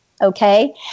Okay